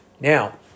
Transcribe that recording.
Now